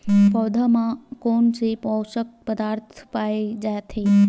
पौधा मा कोन से पोषक पदार्थ पाए जाथे?